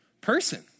person